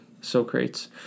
Socrates